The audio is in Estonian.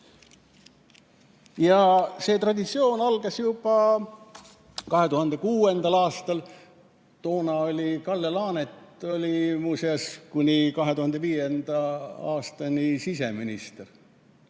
See traditsioon algas juba 2006. aastal. Kalle Laanet oli muuseas kuni 2005. aastani siseminister